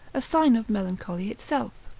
a sign of melancholy itself.